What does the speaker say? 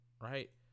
right